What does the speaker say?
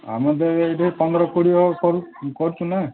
ଆମେ ତ ଏଇଠି ପନ୍ଦର କୋଡ଼ିଏ କରୁଛୁ ନା